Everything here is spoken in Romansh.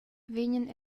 vegnan